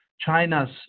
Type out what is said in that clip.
China's